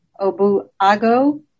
Obuago